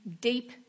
deep